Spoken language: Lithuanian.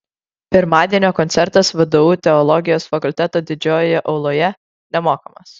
pirmadienio koncertas vdu teologijos fakulteto didžiojoje auloje nemokamas